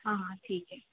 हाँ ठीक है